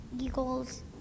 eagles